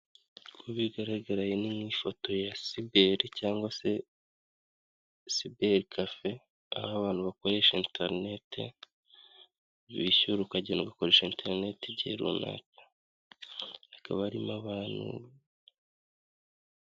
Uko bigaragara iyi ni nk' ifoto ya siberi cyangwa se siberi kafe, aho abantu bakoresha interinete, bishyura ukajyenda ugukoresha interinete igihe runaka. Hakaba harimo abantu...